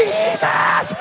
Jesus